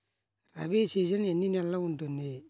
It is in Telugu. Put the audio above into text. రబీ సీజన్ ఎన్ని నెలలు ఉంటుంది?